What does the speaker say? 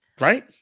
right